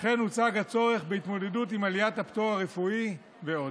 וכן הוצג הצורך בהתמודדות עם עליית הפטור הרפואי ועוד.